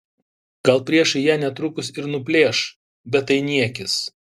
gal priešai ją netrukus ir nuplėš bet tai niekis